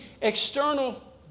external